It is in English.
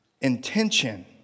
Intention